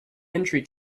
entry